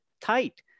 tight